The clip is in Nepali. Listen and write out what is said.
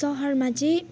सहरमा चाहिँ